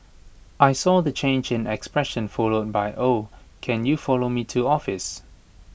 I saw the change in expression followed by oh can you follow me to office